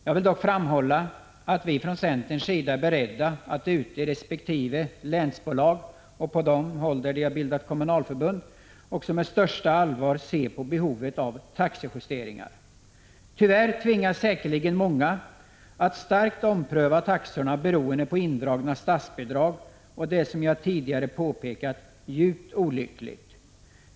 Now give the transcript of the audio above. Jag vill dock framhålla att vi från centerns sida är beredda att ute i resp. länsbolag, och kommunalförbund på de håll där sådana har bildats, med största allvar se på behovet av taxejusteringar. Tyvärr tvingas säkerligen många att starkt ompröva taxorna beroende på indragna statsbidrag. Det är, som jag tidigare har påpekat, djupt olyckligt.